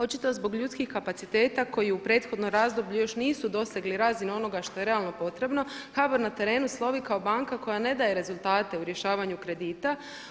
Očito zbog ljudskih kapaciteta koji u prethodnom razdoblju još nisu dosegli razinu onoga što je realno potrebno HBOR na terenu slovi kao banka koja ne daje rezultate u rješavanje kredita.